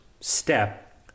step